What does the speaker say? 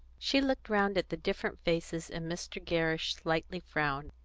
she looked round at the different faces, and mr. gerrish slightly frowned,